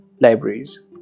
libraries